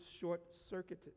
short-circuited